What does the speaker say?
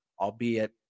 albeit